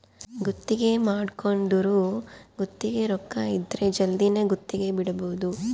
ಗುತ್ತಿಗೆ ಮಾಡ್ಕೊಂದೊರು ಗುತ್ತಿಗೆ ರೊಕ್ಕ ಇದ್ರ ಜಲ್ದಿನೆ ಗುತ್ತಿಗೆ ಬಿಡಬೋದು